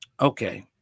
Okay